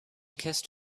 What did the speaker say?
kissed